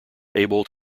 able